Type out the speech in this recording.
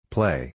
Play